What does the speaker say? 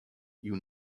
you